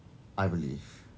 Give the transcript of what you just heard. I believe